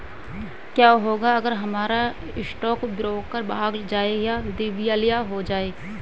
क्या होगा अगर हमारा स्टॉक ब्रोकर भाग जाए या दिवालिया हो जाये?